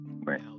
Right